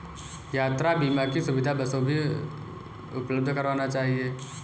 यात्रा बीमा की सुविधा बसों भी उपलब्ध करवाना चहिये